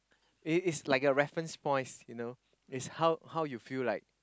it it's like a reference points you know is how how you feel like